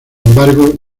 embargo